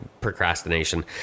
procrastination